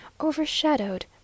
overshadowed